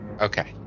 Okay